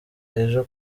ejo